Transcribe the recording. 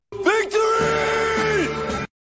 Victory